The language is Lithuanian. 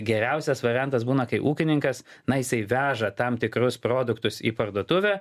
geriausias variantas būna kai ūkininkas na jisai veža tam tikrus produktus į parduotuvę